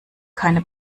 keine